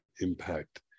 impact